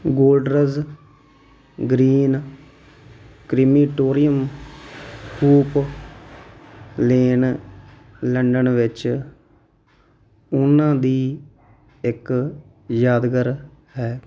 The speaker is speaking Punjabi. Golders Green crematorium Hoop Lane London ਵਿੱਚ ਉਹਨਾਂ ਦੀ ਇੱਕ ਯਾਦਗਾਰ ਹੈ